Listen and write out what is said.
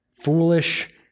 foolish